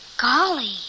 Golly